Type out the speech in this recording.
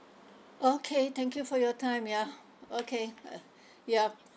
okay thank you for your time ya okay uh yup